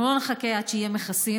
אנחנו לא נחכה עד שיהיו מכסים,